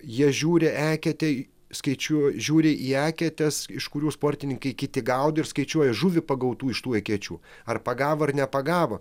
jie žiūri eketėj skaičiuo žiūri į eketes iš kurių sportininkai kiti gaudo ir skaičiuoja žuvį pagautų iš tų ekečių ar pagavo ar nepagavo